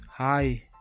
hi